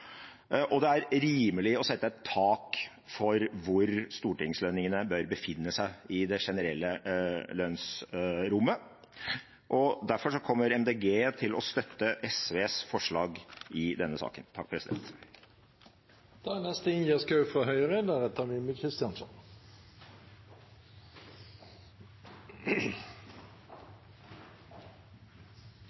Det er også rimelig å sette et tak for hvor stortingslønningene bør befinne seg i det generelle lønnsrommet. Derfor kommer Miljøpartiet De Grønne til å støtte SVs forslag i denne saken.